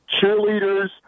cheerleaders